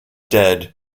dead